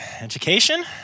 Education